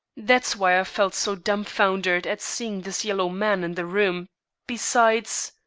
that's why i felt so dumbfoundered at seeing this yellow man in the room besides